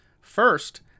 First